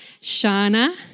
Shana